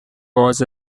was